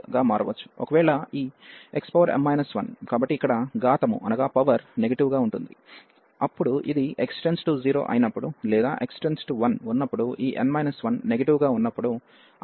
ఒకవేళ ఈ xm 1 కాబట్టి ఇక్కడ ఘాతము నెగటివ్ గా ఉంటుంది అప్పుడు ఇది x →0 అయినప్పుడు లేదా x→1 ఉన్నప్పుడు ఈ n 1 నెగటివ్ గా ఉన్నప్పుడు అన్బౌండెడ్ గా మారుతుంది